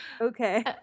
okay